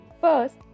First